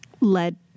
led